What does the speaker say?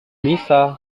bisa